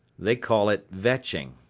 they call it vetching.